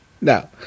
No